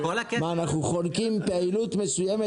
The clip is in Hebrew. אנחנו חונקים פעילות מסוימת,